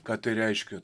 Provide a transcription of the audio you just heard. ką tai reiškia